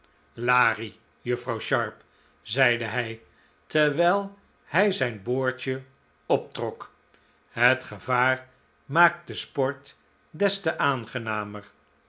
larie juffrouw sharp zeide hij terwijl hij zijn boordje optrok het gevaar maakt de sport des te aangenamer